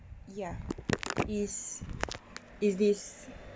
ya is is this